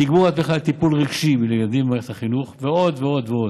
תגבור התמיכה לטיפול רגשי לילדים במערכת החינוך ועוד ועוד ועוד.